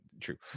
true